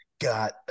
got